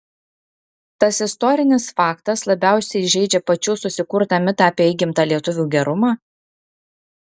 tas istorinis faktas labiausiai žeidžia pačių susikurtą mitą apie įgimtą lietuvių gerumą